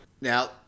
Now